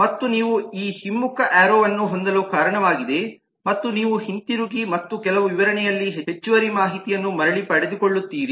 ಮತ್ತು ನೀವು ಈ ಹಿಮ್ಮುಖ ಏರೋ ವನ್ನು ಹೊಂದಲು ಕಾರಣವಾಗಿದೆ ಮತ್ತು ನೀವು ಹಿಂತಿರುಗಿ ಮತ್ತು ಕೆಲವು ವಿವರಣೆಯಲ್ಲಿ ಹೆಚ್ಚುವರಿ ಮಾಹಿತಿಯನ್ನು ಮರಳಿ ಪಡೆದುಕೊಳ್ಳುತ್ತೀರಿ